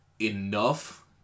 enough